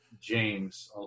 James